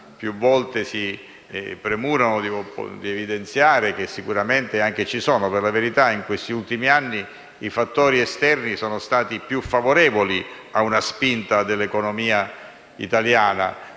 più volte si sono premurati di evidenziare e che sicuramente ci sono. Per la verità, in questi ultimi anni i fattori esterni sono stati più favorevoli a una spinta dell'economia italiana: